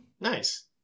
Nice